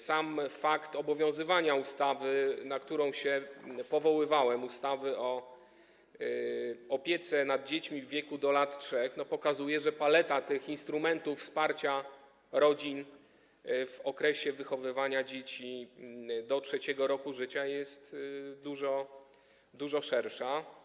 Sam fakt obowiązywania ustawy, na którą się powoływałem, ustawy o opiece nad dziećmi w wieku do lat 3, pokazuje, że paleta tych instrumentów wsparcia rodzin w okresie wychowywania dzieci do 3. roku życia jest dużo, dużo szersza.